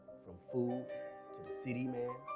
from food to the city man.